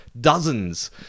dozens